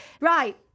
Right